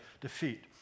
defeat